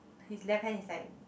his left hand is like